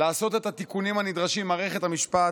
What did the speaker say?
לעשות את התיקונים הנדרשים במערכת המשפט,